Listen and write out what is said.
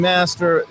Master